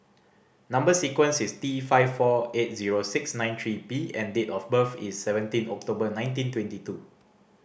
number sequence is T five four eight zero six nine three P and date of birth is seventeen October nineteen twenty two